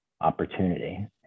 opportunity